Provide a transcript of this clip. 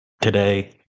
today